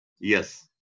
Yes